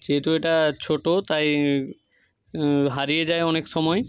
যেহেতু এটা ছোটো তাই হারিয়ে যায় অনেক সময়